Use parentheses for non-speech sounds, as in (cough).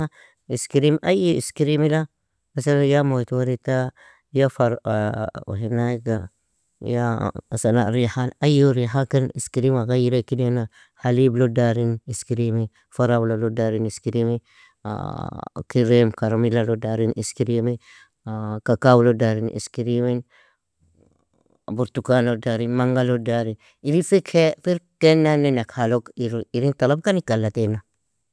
Iskrim, ay iskirimila masalan ya muyat warita, ya far _hinayga ya (hesitation) rihan_ay riha ken iskirimga ghayirek idana, haliblo darin iskirimi, farawlalo darin iskirimi, (hesitation) keram karam karamilalo darin iskirimi, (hesitation) kakawlo darin iskrimi, burtukano darin iskrimi, mangalo darin, irin firgenane nakhalog irn talabkan ika allataina